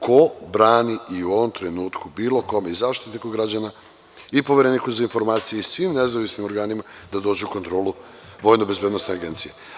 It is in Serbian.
Ko brani u ovom trenutku bilo kome, i Zaštitniku građana i Povereniku za informacije i svim nezavisnim organima, da dođu u kontrolu VBA?